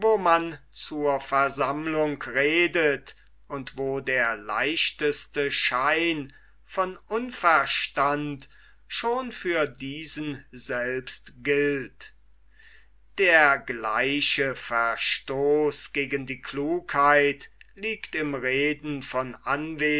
man zur versammlung redet und wo der leichteste schein von unverstand schon für diesen selbst gilt der gleiche verstoß gegen die klugheit liegt im reden von